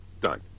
Done